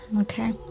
Okay